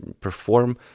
perform